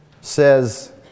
says